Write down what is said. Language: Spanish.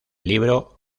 libro